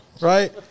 Right